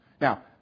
Now